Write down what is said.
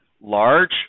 large